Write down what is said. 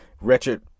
Wretched